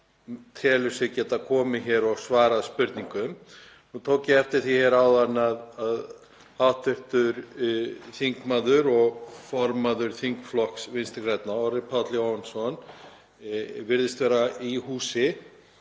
telur sig geta komið hingað og svarað spurningum. Nú tók ég eftir því hér áðan að hv. þingmaður og formaður þingflokks Vinstri grænna, Orri Páll Jóhannsson, virðist vera í húsi